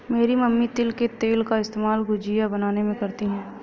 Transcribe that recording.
मेरी मम्मी तिल के तेल का इस्तेमाल गुजिया बनाने में करती है